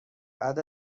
بعد